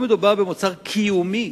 פה מדובר במוצר קיומי.